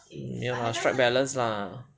没有啦 strike balance lah